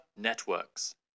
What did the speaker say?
Networks